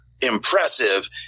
impressive